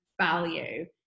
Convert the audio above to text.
value